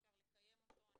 אפשר לקיים אותו.